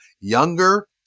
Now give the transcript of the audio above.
younger